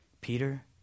Peter